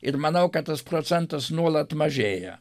ir manau kad tas procentas nuolat mažėja